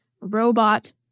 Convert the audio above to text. robot